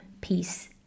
peace